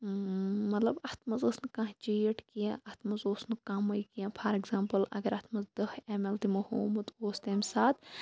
مَطلَب اتھ مَنٛز ٲس نہٕ کانٛہہ چیٖٹ کینٛہہ اتھ مَنٛز اوس نہٕ کَمٕے کینٛہہ پھار ایٚگزامپل اگر اتھ مَنٛز دہ ایٚم ایٚل تِمو ہوومُت اوس تمہِ ساتہٕ